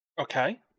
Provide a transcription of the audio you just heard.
Okay